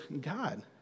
God